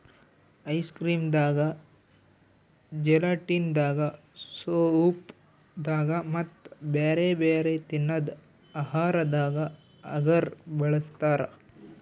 ice cream ದಾಗಾ gelatin ದಾಗಾ soup ದಾಗಾ ಮತ್ತ್ ಬ್ಯಾರೆ ಬ್ಯಾರೆ ತಿನ್ನದ್ ಆಹಾರದಾಗ ಅಗರ್ ಬಳಸ್ತಾರಾ